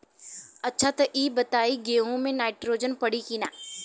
अच्छा त ई बताईं गेहूँ मे नाइट्रोजन पड़ी कि ना?